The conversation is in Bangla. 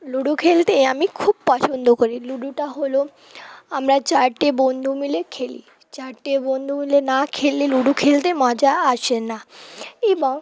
লুডো খেলতে আমি খুব পছন্দ করি লুডোটা হলো আমরা চারটে বন্ধু মিলে খেলি চারটে বন্ধু মিলে না খেললে লুডো খেলতে মজা আসে না এবং